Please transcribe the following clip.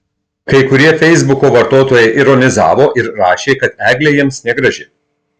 kai kurie feisbuko vartotojai ironizavo ir rašė kad eglė jiems negraži